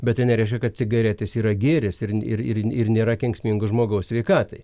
bet tai nereiškia kad cigaretės yra gėris ir ir ir ir nėra kenksminga žmogaus sveikatai